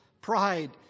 pride